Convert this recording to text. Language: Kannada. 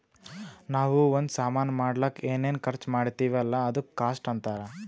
ನಾವೂ ಒಂದ್ ಸಾಮಾನ್ ಮಾಡ್ಲಕ್ ಏನೇನ್ ಖರ್ಚಾ ಮಾಡ್ತಿವಿ ಅಲ್ಲ ಅದುಕ್ಕ ಕಾಸ್ಟ್ ಅಂತಾರ್